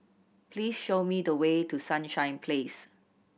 please show me the way to Sunshine Place